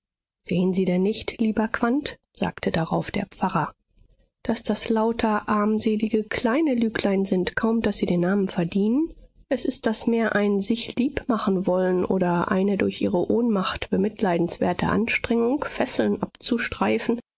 sehen sie denn nicht lieber quandt sagte darauf der pfarrer daß das lauter armselige kleine lüglein sind kaum daß sie den namen verdienen es ist das mehr ein sichliebmachenwollen oder eine durch ihre ohnmacht bemitleidenswerte anstrengung fesseln abzustreifen